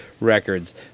Records